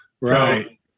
right